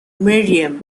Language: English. miriam